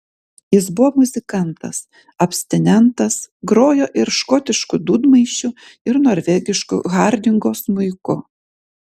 jis buvo muzikantas abstinentas grojo ir škotišku dūdmaišiu ir norvegišku hardingo smuiku